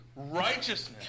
Righteousness